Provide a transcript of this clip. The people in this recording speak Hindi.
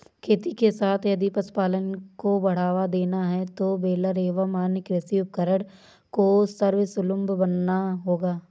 खेती के साथ यदि पशुपालन को बढ़ावा देना है तो बेलर एवं अन्य कृषि उपकरण को सर्वसुलभ बनाना होगा